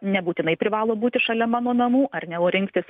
nebūtinai privalo būti šalia mano namų ar ne o rinktis